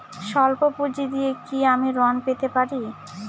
সল্প পুঁজি দিয়ে কি আমি ঋণ পেতে পারি?